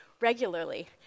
regularly